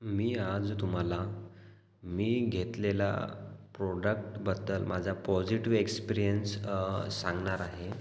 मी आज तुम्हाला मी घेतलेला प्रोडक्टबद्दल माझा पॉजिटिव एक्सप्रियंस सांगणार आहे